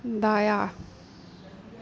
दायाँ